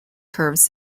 curves